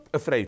afraid